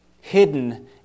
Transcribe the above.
hidden